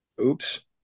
Oops